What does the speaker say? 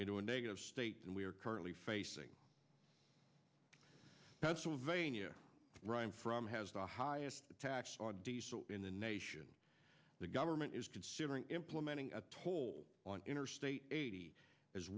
into a negative state and we are currently facing pennsylvania ryan from has the highest tax on diesel in the nation the government is considering implementing a toll on interstate eighty as